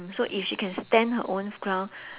mm so if she can stand her own ground